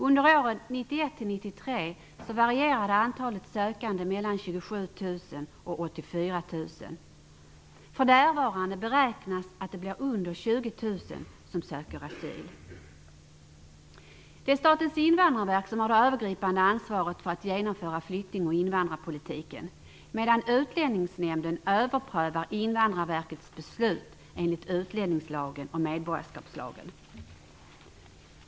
Under åren och 84 000. För närvarande beräknas antalet asylsökande att ligga under 20 000. Det är Statens invandrarverk som har det övergripande ansvaret för att genomföra flykting och invandrarpolitiken, medan Utlänningsnämnden överprövar Invandrarverkets beslut enligt utlänningslagen och medborgarskapslagen.